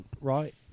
right